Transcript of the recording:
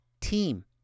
team